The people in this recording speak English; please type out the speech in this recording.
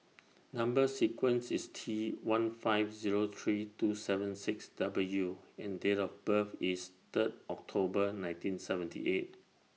Number sequence IS T one five Zero three two seven six W and Date of birth IS Third October nineteen seventy eight